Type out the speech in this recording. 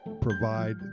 provide